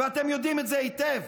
ואתם יודעים את זה היטב.